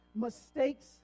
Mistakes